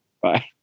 Bye